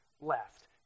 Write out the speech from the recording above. left